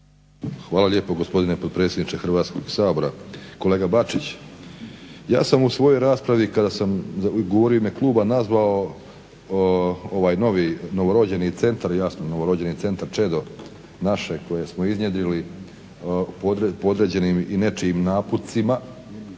Hvala lijepo gospodine potpredsjedniče Hrvatskog sabora. Kolega Bačić, ja sam u svojoj raspravi kada sam govorio u ime kluba nazvao ovaj novi, novorođeni centar, jasno novorođeni centar čedo naše koje smo iznjedrili podređenim i nečijim naputcima